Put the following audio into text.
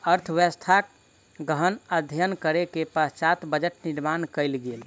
अर्थव्यवस्थाक गहन अध्ययन करै के पश्चात बजट निर्माण कयल गेल